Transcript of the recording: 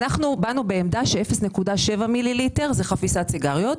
אנחנו באנו בעמדה ש-0.7 מיליליטר זו חפיסת סיגריות.